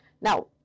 Now